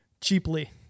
cheaply